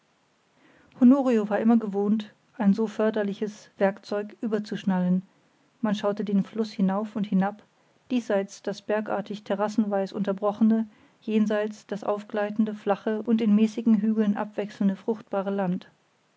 honorio war immer gewohnt ein so förderliches werkzeug überzuschnallen man schaute den fluß hinauf und hinab diesseits das bergartig terrassenweis unterbrochene jenseits das aufgleitende flache und in mäßigen hügeln abwechselnde fruchtbare land